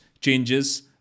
changes